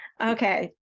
okay